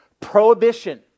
prohibition